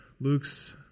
Luke's